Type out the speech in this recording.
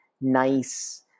nice